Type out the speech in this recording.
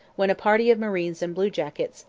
when a party of marines and bluejackets,